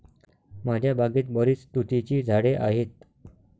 माझ्या बागेत बरीच तुतीची झाडे आहेत